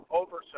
over